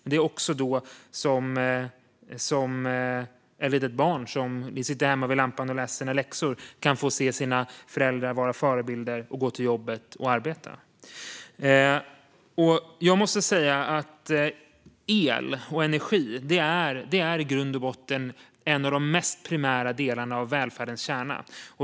Det är också då som ett litet barn som sitter hemma vid lampan och läser sina läxor kan få se sina föräldrar vara förebilder och gå till jobbet för att arbeta. Jag måste säga att el och energi i grund och botten är en av de mest primära delarna av välfärdens kärna.